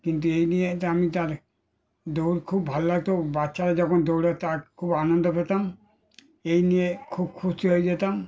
কিন্তু এই নিয়ে তো আমি তো আর দৌড় খুব ভালো লাগত বাচ্চারা যখন দৌড়ায় তার খুব আনন্দ পেতাম এই নিয়ে খুব খুশি হয়ে যেতাম